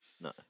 no